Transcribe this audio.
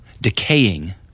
decaying